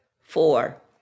four